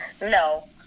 No